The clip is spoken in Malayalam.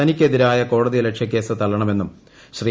തനിക്കെതിരായ കോടതിയലക്ഷ്യകേസ് തള്ളണമെന്നും ശ്രീ